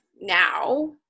now